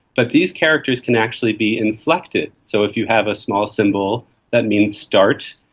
but these characters can actually be inflected. so if you have a small symbol that means start,